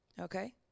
okay